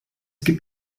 gibt